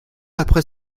après